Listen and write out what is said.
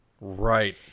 Right